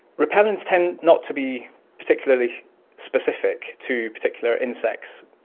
repellents tend not to be particularly specific to particular insects.